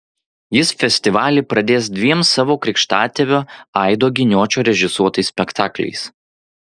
jis festivalį pradės dviem savo krikštatėvio aido giniočio režisuotais spektakliais